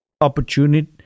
opportunity